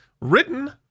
written